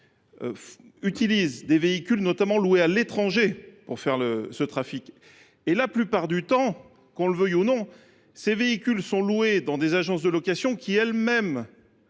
recours à des véhicules loués à l’étranger pour leur trafic. La plupart du temps, qu’on le veuille ou non, ces véhicules sont loués dans des agences de location qui elles mêmes